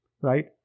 Right